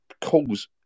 cause